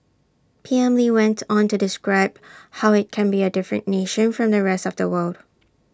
P M lee went on to describe how IT can be A different nation from the rest of the world